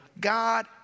God